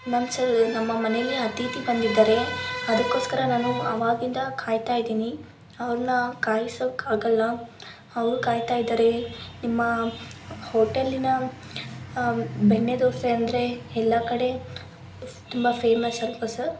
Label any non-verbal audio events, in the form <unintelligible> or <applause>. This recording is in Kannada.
ನಮ್ಮ <unintelligible> ನಮ್ಮ ಮನೆಲ್ಲಿ ಅತಿಥಿ ಬಂದಿದ್ದಾರೆ ಅದಕ್ಕೋಸ್ಕರ ನಾನು ಅವಾಗಿಂದ ಕಾಯ್ತಾ ಇದ್ದೀನಿ ಅವರನ್ನ ಕಾಯಿಸೋಕ್ಕಾಗಲ್ಲ ಅವರು ಕಾಯ್ತಾ ಇದ್ದಾರೆ ನಿಮ್ಮ ಹೋಟೆಲ್ಲಿನ ಬೆಣ್ಣೆದೋಸೆ ಅಂದರೆ ಎಲ್ಲ ಕಡೆ ತುಂಬ ಫೇಮಸ್ ಅಲ್ಲವಾ ಸರ್